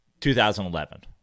2011